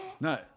No